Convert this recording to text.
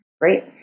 Great